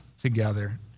together